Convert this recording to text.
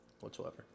whatsoever